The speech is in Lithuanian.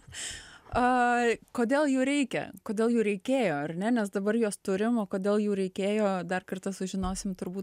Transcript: a kodėl jų reikia kodėl jų reikėjo ar ne nes dabar jos turim o kodėl jų reikėjo dar kartą sužinosime turbūt